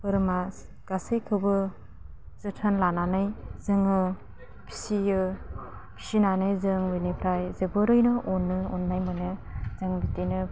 बोरमा गासैखौबो जोथोन लानानै जोङो फिसियो फिसिनानै जों बिनिफ्राय जोबोरैनो अनो अन्नाय मोनो जों बिदिनो